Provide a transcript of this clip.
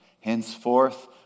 Henceforth